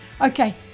Okay